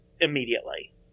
immediately